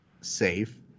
safe